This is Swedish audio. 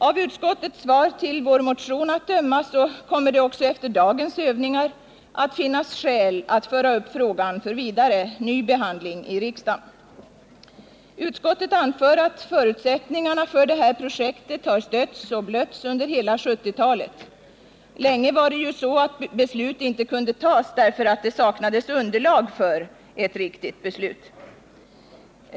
Av utskottets svar till vår motion att döma kommer det också efter dagens övningar att finnas skäl att föra upp frågan för vidare behandling i riksdagen. Utskottet anför att förutsättningarna för detta projekt har stötts och blötts under hela 1970-talet. Länge var det ju så att beslut ej kunde tas därför att det saknades underlag för ett riktigt beslut.